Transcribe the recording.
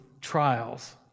trials